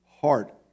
heart